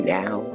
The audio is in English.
now